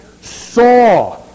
saw